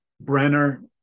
Brenner